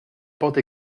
porte